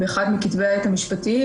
באחד מכתבי העת המשפטיים